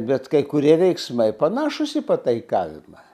bet kai kurie veiksmai panašūs į pataikavimą